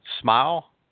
smile